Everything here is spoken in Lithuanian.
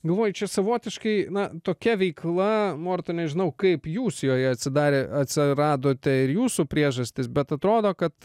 galvoju čia savotiškai na tokia veikla morta nežinau kaip jūs joje atsidarę atsiradote ir jūsų priežastys bet atrodo kad